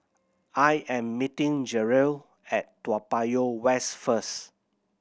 I am meeting Jerrell at Toa Payoh West first